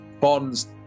bonds